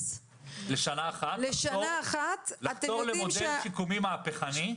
לשנה אחת --- לחתור למודל שיקומי מהפכני.